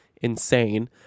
insane